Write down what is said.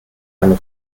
eine